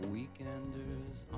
Weekenders